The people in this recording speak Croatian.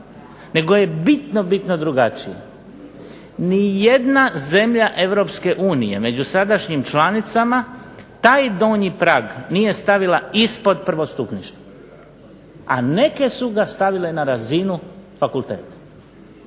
nego je bitno, bitno drugačije. Nijedna zemlja Europske unije, među sadašnjim članicama taj donji prag nije stavila ispod prvostupništva, a neke su ga stavile na razinu fakulteta.